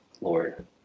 Lord